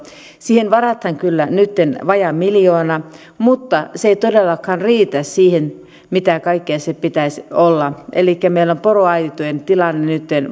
varataan kyllä nytten vajaa miljoona mutta se ei todellakaan riitä siihen mitä kaikkea sen pitäisi olla elikkä meillä on poroaitojen tilanne nytten